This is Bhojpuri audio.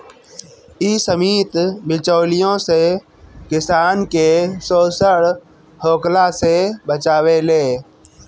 इ समिति बिचौलियों से किसान के शोषण होखला से बचावेले